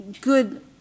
good